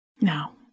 Now